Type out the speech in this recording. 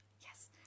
yes